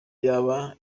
yaba